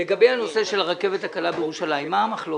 לגבי הנושא של הרכבת קלה בירושלים, מה המחלוקת?